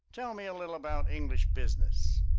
tell me a little about english business.